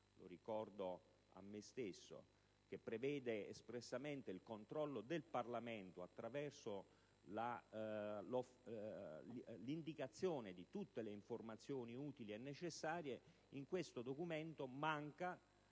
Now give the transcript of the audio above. lo ricordo a me stesso - prevede espressamente il controllo del Parlamento attraverso l'indicazione di tutte le informazioni utili e necessarie. Ebbene, in questo documento manca